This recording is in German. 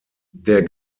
der